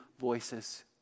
voices